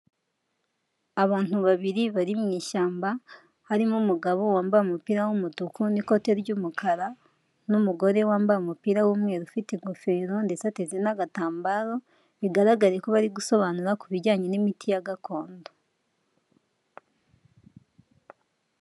Abantu babiri bari mu ishyamba, harimo umugabo wambaye umupira w'umutuku n'ikote ry'umukara n'umugore wambaye umupira w'umweru ufite ingofero ndetse ateze n'agatambaro, bigaragare ko bari gusobanura ku bijyanye n'imiti ya gakondo.